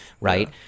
right